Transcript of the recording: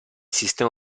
sistema